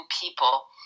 people